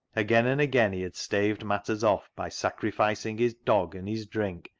again and again he had staved matters off by sacrificing his dog and his drink,